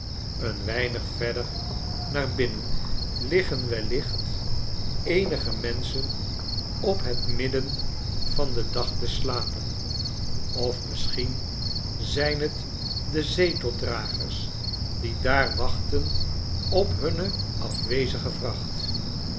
een weinig verder naar binnen liggen wellicht eehige menschen op het midden van den dag te slapen of misschien zijn het de zeteldragers die daar wachten op hunne afwezige vracht